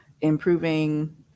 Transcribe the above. improving